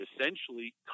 essentially